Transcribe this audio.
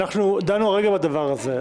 אנחנו דנו הרגע בדבר הזה,